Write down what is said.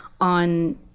On